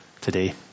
today